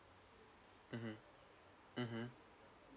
mmhmm mmhmm